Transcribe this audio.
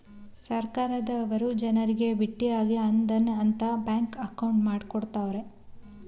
ಸರ್ಕಾರದವರು ಜನರಿಗೆ ಬಿಟ್ಟಿಯಾಗಿ ಜನ್ ಧನ್ ಅಂತ ಬ್ಯಾಂಕ್ ಅಕೌಂಟ್ ಮಾಡ್ಕೊಡ್ತ್ತವ್ರೆ